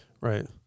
right